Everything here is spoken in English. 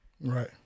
Right